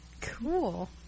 Cool